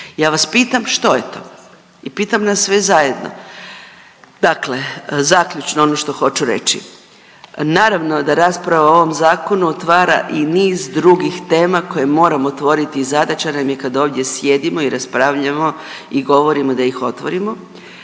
Ja vas pitam što je to i pitam nas sve zajedno, dakle zaključno ono što hoću reći, naravno da rasprava o ovom zakonu otvara i niz drugih tema koje moramo otvoriti i zadaća nam je kad ovdje sjedimo i raspravljamo i govorimo da ih otvorimo,